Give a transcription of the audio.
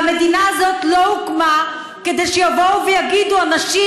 והמדינה הזאת לא הוקמה כדי שיבואו ויגידו אנשים